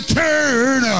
turn